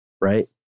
right